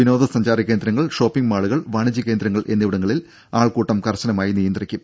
വിനോദ സഞ്ചാര കേന്ദ്രങ്ങൾ ഷോപ്പിംഗ് മാളുകൾ വാണിജ്യ കേന്ദ്രങ്ങൾ എന്നിവിടങ്ങളിൽ ആൾക്കൂട്ടം കർശനമായി നിയന്ത്രിക്കും